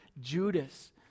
Judas